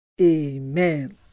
Amen